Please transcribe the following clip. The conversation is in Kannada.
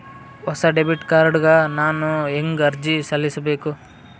ಹೊಸ ಡೆಬಿಟ್ ಕಾರ್ಡ್ ಗ ನಾನು ಹೆಂಗ ಅರ್ಜಿ ಸಲ್ಲಿಸಬೇಕು?